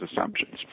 assumptions